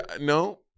No